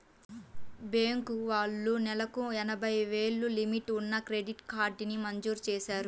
bank వాళ్ళు నెలకు ఎనభై వేలు లిమిట్ ఉన్న క్రెడిట్ కార్డుని మంజూరు చేశారు